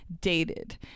dated